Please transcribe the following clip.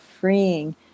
freeing